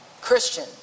Christian